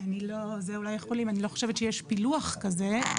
אני לא חושבת שיש פילוח כזה.